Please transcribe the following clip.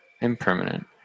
impermanent